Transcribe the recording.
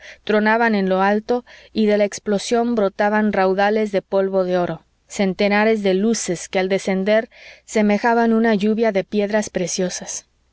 tronaban en lo alto y de la explosión brotaban raudales de polvo de oro centenares de luces que al descender semejaban una lluvia de piedras preciosas